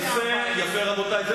יפה, רבותי.